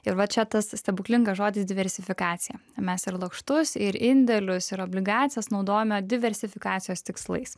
ir va čia tas stebuklingas žodis diversifikacija mes ir lakštus ir indėlius ir obligacijas naudojame diversifikacijos tikslais